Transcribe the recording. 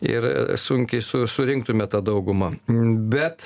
ir sunkiai su surinktume tą daugumą bet